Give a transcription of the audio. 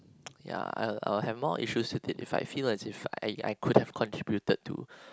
ya I'll I'll have more issues with it if I feel like if I I couldn't contributed to